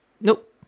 Nope